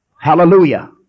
Hallelujah